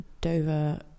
Dover